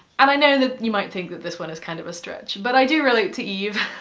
and i know that you might think that this one is kind of a stretch, but i do relate to eve.